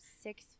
six